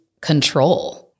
control